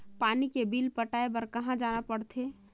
पानी के बिल पटाय बार कहा जाना पड़थे?